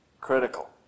critical